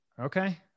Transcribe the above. Okay